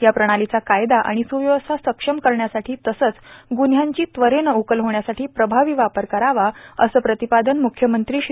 या प्रणालीचा कायदा आणि सुव्यवस्था सक्षम करण्यासाठी तसंच ग्रुन्ह्यांची त्वरेने उकल होण्यासाठी प्रभावी वापर करावा असं प्रतिपादन मुख्यमंत्री श्री